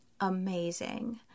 amazing